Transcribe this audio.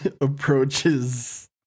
approaches